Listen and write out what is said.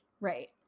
Right